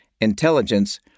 intelligence